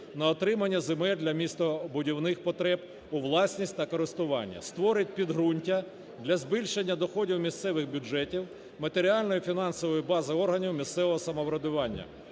на отримання земель для містобудівних потреб, у власність та користування, створить підґрунтя для збільшення доходів місцевих бюджетів, матеріальної і фінансової бази органів місцевого самоврядування.